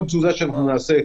כל תזוזה שנעשה,